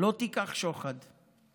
"לא תִקח שֹחד",